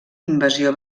invasió